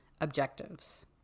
objectives